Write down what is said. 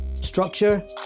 Structure